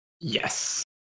Yes